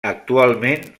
actualment